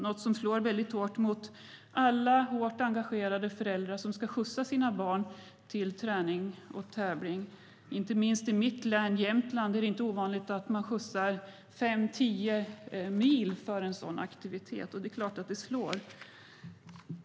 Det slår hårt mot alla engagerade föräldrar som ska skjutsa sina barn till träning och tävling. I mitt län, Jämtland, är det inte ovanligt att man skjutsar fem till tio mil till en sådan aktivitet. Det är klart att det slår.